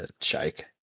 shake